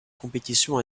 compétitions